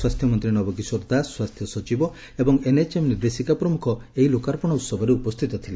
ସ୍ୱାସ୍ଥ୍ୟମନ୍ତୀ ନବକିଶୋର ଦାସ ସ୍ୱାସ୍ଥ୍ୟ ସଚିବ ଏବଂ ଏନ୍ଏଚ୍ଏମ୍ ନିର୍ଦ୍ଦେଶିକା ପ୍ରମ୍ଖ ଏ ଲୋକାର୍ପଣ ଉହବରେ ଉପସ୍ଥିତ ଥିଲେ